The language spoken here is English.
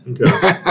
Okay